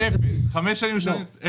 באפס, חמש שנים ראשונות אפס.